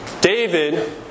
David